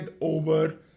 over